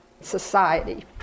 society